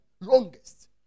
Longest